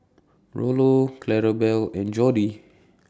Rollo Clarabelle and Jordi